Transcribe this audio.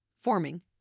Forming